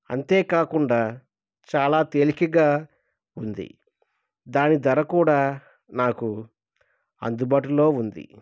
అంతేకాకుండా చాలా తేలికగా ఉంది దాని ధర కూడా నాకు అందుబాటులో ఉంది